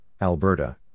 Alberta